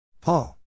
paul